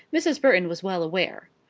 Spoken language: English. mrs. burton was well aware.